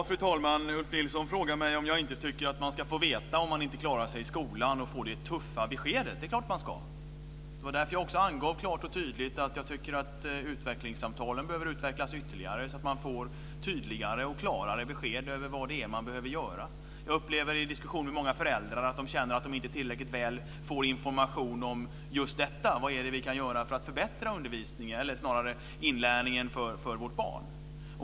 Fru talman! Ulf Nilsson frågar mig om jag inte tycker att man ska få det tuffa beskedet att man inte klarar sig i skolan. Det är klart att man ska! Det var därför jag klart och tydligt angav att jag tycker att utvecklingssamtalen behöver utvecklas ytterligare, så att man får tydligare och klarare besked om vad man behöver göra. Jag upplever i diskussion med många föräldrar att de känner att de inte tillräckligt väl får information om just detta: Vad kan vi göra för att förbättra inlärningen för vårt barn?